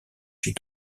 jets